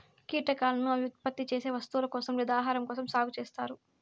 కీటకాలను అవి ఉత్పత్తి చేసే వస్తువుల కోసం లేదా ఆహారం కోసం సాగు చేత్తారు